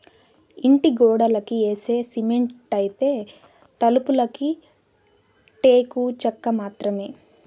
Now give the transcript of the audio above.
ఇంటి గోడలకి యేసే సిమెంటైతే, తలుపులకి టేకు చెక్క మాత్రమే